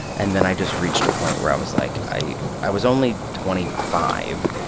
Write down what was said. and then i just reached a point where i was like i i was only twenty five,